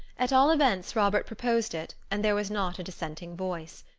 at all events robert proposed it, and there was not a dissenting voice.